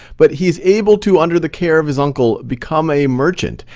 but he's able to, under the care of his uncle become a merchant.